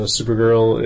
Supergirl